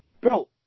bro